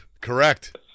Correct